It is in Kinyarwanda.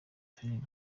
filimi